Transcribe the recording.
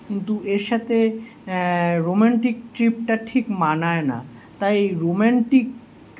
কিন্তু এর সাথে রোমান্টিক ট্রিপটা ঠিক মানায় না তাই রোমান্টিক